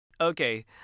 Okay